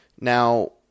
Now